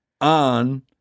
on